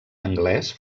anglès